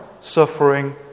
suffering